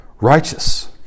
Righteous